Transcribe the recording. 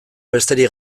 besterik